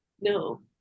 No